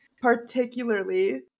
particularly